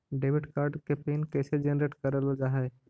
Debit card के PIN कैसे generate करल जाहै?